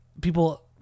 people